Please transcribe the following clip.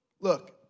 Look